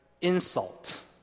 insult